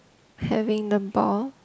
having in the ball